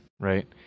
right